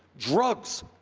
drugs,